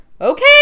okay